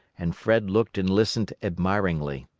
and fred looked and listened admiringly.